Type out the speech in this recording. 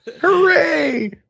Hooray